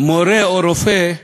מורה או רופא,